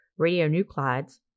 radionuclides